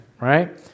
right